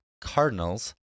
cardinals